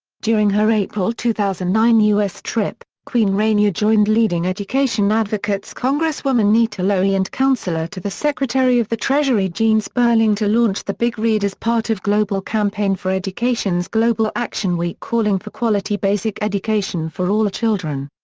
during her april two thousand and nine us trip, queen rania joined leading education advocates congresswoman nita lowey and counsellor to the secretary of the treasury gene sperling to launch the big read as part of global campaign for education's global action week calling for quality basic education for all children.